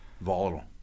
Volatile